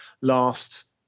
last